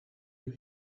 you